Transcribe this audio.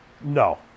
No